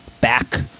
back